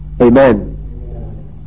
amen